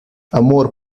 amor